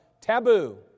taboo